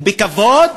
בכבוד,